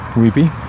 weepy